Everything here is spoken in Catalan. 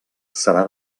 serà